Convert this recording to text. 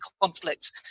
conflict